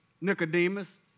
Nicodemus